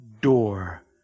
door